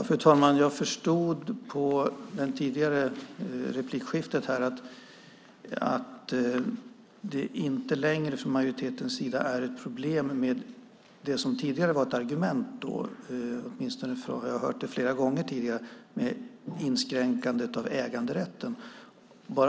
Fru talman! Utifrån tidigare replikskifte här förstår jag att det från majoritetens sida inte längre är något problem med det som tidigare varit ett argument - jag har flera gånger tidigare hört det - nämligen med inskränkandet av äganderätten.